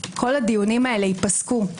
כל הדוונים הללו ייפסקו.